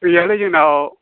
गैयालै जोंनाव